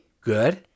Good